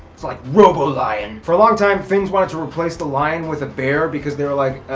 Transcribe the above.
it's like robolion! for a long time, finns wanted to replace the lion with a bear because they were like,